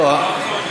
לעבור,